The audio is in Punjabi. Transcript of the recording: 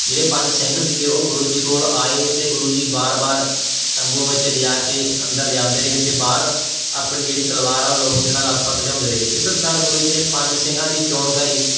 ਜਿਹੜੇ ਪੰਜ ਸਿੰਘ ਸੀਗੇ ਉਹ ਗੁਰੂ ਜੀ ਕੋਲ ਆਏ ਅਤੇ ਗੁਰੂ ਜੀ ਵਾਰ ਵਾਰ ਤੰਬੂ ਵਿੱਚ ਲਿਜਾ ਕੇ ਅੰਦਰ ਲਿਆਉਂਦੇ ਰਹੇ ਅਤੇ ਬਾਹਰ ਆਪਣੀ ਜਿਹੜੀ ਤਲਵਾਰ ਹੈ ਉਹ ਲਹੂ ਦੇ ਨਾਲ ਲੱਥ ਪੱਥ ਲਿਆਉਂਦੇ ਰਹੇ ਇਸ ਪ੍ਰਕਾਰ ਗੁਰੂ ਜੀ ਨੇ ਪੰਜ ਸਿੰਘਾਂ ਦੀ ਚੋਣ ਕਰੀ